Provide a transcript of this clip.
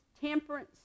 temperance